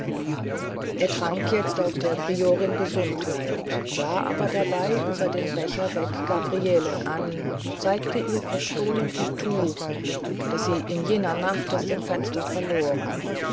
er trank jetzt auf der priorin gesundheit sah aber dabei über den becher weg gabrielen an und zeigte ihr verstohlen ihr tuch das sie in jener nacht aus dem fenster verloren